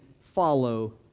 follow